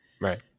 right